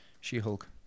She-Hulk